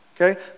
okay